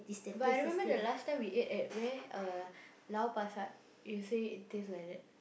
but I remember the last time we ate at where uh Lau-Pa-Sat you say it taste like that